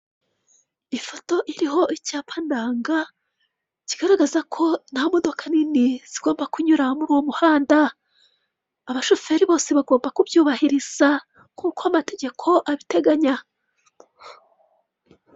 Ifoto iriho icyapa ndanga, kigaragaza ko nta modoka nini zigomba kunyura muri uwo muhanda. Abashoferi bose bagomba kubyubahiriza nk'uko amategeko abiteganya.